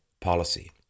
policy